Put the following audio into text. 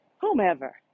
whomever